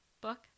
book